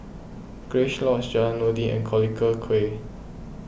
Grace Lodge Jalan Noordin and Collyer Quay